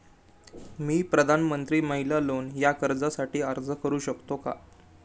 मी प्रधानमंत्री महिला लोन या कर्जासाठी अर्ज करू शकतो का?